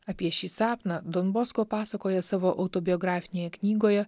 apie šį sapną don bosko pasakoja savo autobiografinėje knygoje